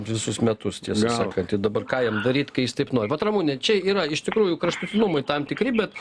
visus metus tiesą sakant tai dabar ką jam daryt kai jis taip nori vat ramune čia yra iš tikrųjų kraštutinumai tam tikri bet